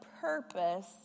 purpose